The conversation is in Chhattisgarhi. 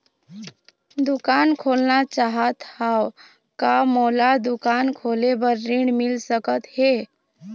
दुकान खोलना चाहत हाव, का मोला दुकान खोले बर ऋण मिल सकत हे?